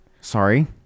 Sorry